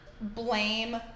blame